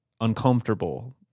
uncomfortable